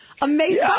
Amazing